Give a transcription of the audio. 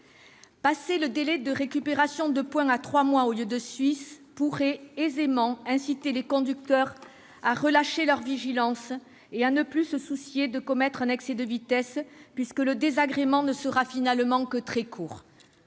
passer le délai de récupération de points à trois mois pourrait aisément inciter les conducteurs à relâcher leur vigilance et à ne plus se soucier de commettre un excès de vitesse, puisque le désagrément ne serait finalement que très bref.